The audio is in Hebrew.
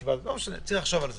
צריך לחשוב על זה.